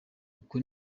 uko